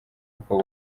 uko